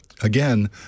again